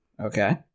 Okay